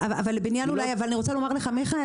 מיכאל,